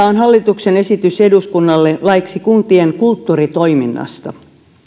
on hallituksen esitys eduskunnalle laiksi kuntien kulttuuritoiminnasta